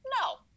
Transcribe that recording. no